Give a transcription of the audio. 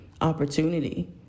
opportunity